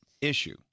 issue